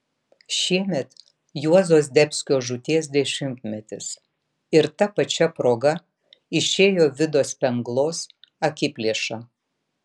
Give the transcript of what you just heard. šiemet juozo zdebskio žūties dešimtmetis ir ta pačia proga išėjo vido spenglos akiplėša